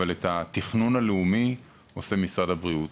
אבל את התכנון הלאומי עושה משרד הבריאות.